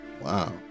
Wow